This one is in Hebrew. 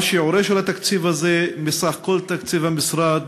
מהו שיעורו של התקציב הזה מסך כל תקציב המשרד?